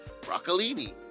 broccolini